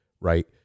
right